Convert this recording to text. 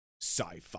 sci-fi